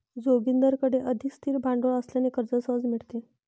जोगिंदरकडे अधिक स्थिर भांडवल असल्याने कर्ज सहज मिळते